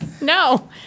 No